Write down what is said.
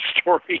story